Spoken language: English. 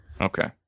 Okay